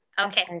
Okay